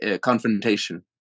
confrontation